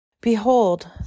Behold